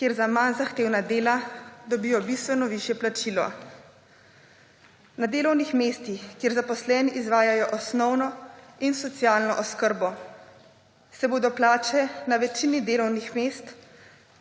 kjer za manj zahtevne dela dobijo bistveno višje plačilo. Na delovnih mestih, kjer zaposleni izvajajo osnovno in socialno oskrbo se bodo plače na večini delovnih mest,